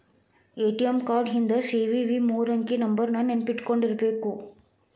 ATM card ಹಿಂದ್ CVV ಮೂರಂಕಿ ನಂಬರ್ನ ನೆನ್ಪಿಟ್ಕೊಂಡಿರ್ಬೇಕು